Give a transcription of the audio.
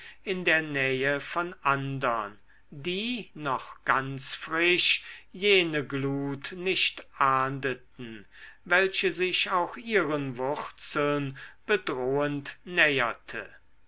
in der nähe von andern die noch ganz frisch jene glut nicht ahndeten welche sich auch ihren wurzeln bedrohend näherte